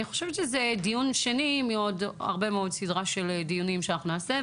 אני חושבת שזהו דיון שני מסדרה של עוד הרבה מאוד דיונים שאנחנו נעשה,